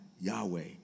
Yahweh